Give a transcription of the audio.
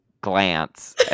glance